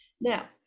Now